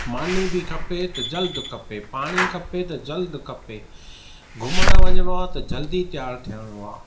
मानी बि खपे त जल्द खपे पाणी खपे त जल्द खपे घुमण वञिणो आहे त जल्द तयारु थियणो आहे